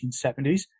1970s